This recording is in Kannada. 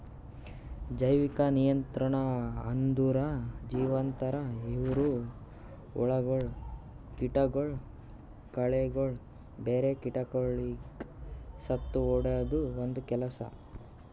ಜೈವಿಕ ನಿಯಂತ್ರಣ ಅಂದುರ್ ಜೀವಂತ ಇರವು ಹುಳಗೊಳ್, ಕೀಟಗೊಳ್, ಕಳೆಗೊಳ್, ಬ್ಯಾರೆ ಕೀಟಗೊಳಿಗ್ ಸತ್ತುಹೊಡೆದು ಒಂದ್ ಕೆಲಸ